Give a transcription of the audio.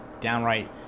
downright